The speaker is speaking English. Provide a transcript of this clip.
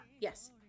Yes